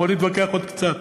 בוא נתווכח עוד קצת.